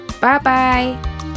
Bye-bye